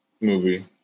movie